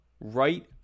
right